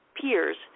peers